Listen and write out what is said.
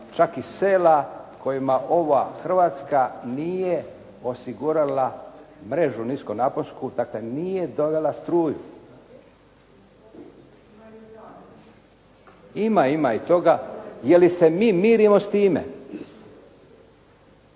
čak i sela kojima ova Hrvatska nije osigurala mrežu niskonaponsku. Dakle, nije dovela struju. Ima, ima i toga. Je li se mi mirimo s time?